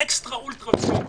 אקסטרה אולטרה VIP,